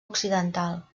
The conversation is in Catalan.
occidental